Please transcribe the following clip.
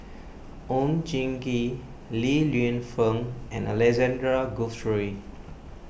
Oon Jin Gee Li Lienfung and Alexander Guthrie